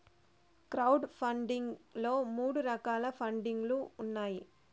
crowd funding లో మూడు రకాల పండింగ్ లు ఉన్నాయి